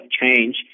change